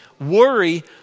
Worry